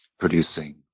producing